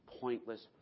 pointless